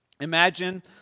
Imagine